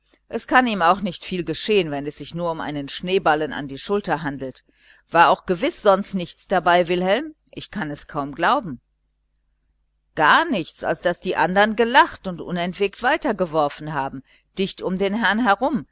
es kann ihm auch nicht viel geschehen wenn es sich nur um einen schneeballen an die schulter handelt war auch gewiß sonst gar nichts dabei wilhelm ich kann es kaum glauben gar nichts als daß die andern gelacht und ungeniert weitergeworfen haben dicht um den herrn herum